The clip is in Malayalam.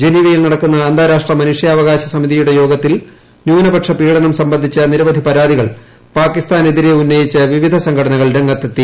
ജനീവയിൽ നടക്കുന്ന അന്താരാഷ്ട്ര മനുഷ്യാവകാശ സമിതിയുടെ യോഗത്തിൽ ന്യൂനപക്ഷ പീഡനം സംബന്ധിച്ചു നിരവധി പരാതികൾ പാകിസ്ഥാനെതിരെ ഉന്നയിച്ച് വിവിധ സംഘടനകൾ രംഗത്തെത്തി